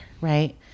Right